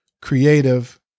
creative